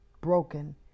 broken